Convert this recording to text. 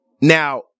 now